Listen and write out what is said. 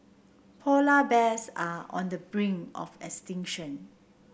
polar bears are on the brink of extinction